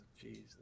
Jesus